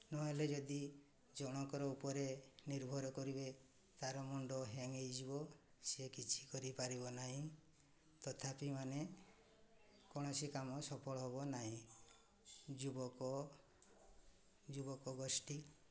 ନହେଲେ ଯଦି ଜଣଙ୍କର ଉପରେ ନିର୍ଭର କରିବେ ତା'ର ମୁଣ୍ଡ ହ୍ୟାଙ୍ଗ୍ ହୋଇଯିବ ସେ କିଛି କରିପାରିବ ନାହିଁ ତଥାପି ମାନେ କୌଣସି କାମ ସଫଳ ହେବ ନାହିଁ ଯୁବକ ଯୁବକ ଗୋଷ୍ଠୀ